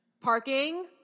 Parking